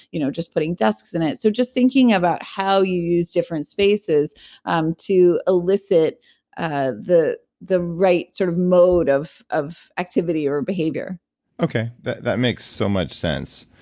you know just putting desks in it so just thinking about how you use different spaces um to elicit ah the the right sort of mode of of activity or behavior okay, that that makes so much sense.